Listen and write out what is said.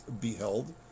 beheld